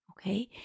Okay